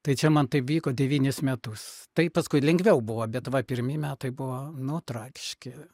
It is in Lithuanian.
tai čia man taip vyko devynis metus tai paskui lengviau buvo bet va pirmi metai buvo nu tragiški